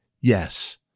yes